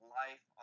life